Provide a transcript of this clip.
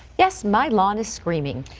yes, my lawn is screaming.